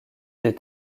des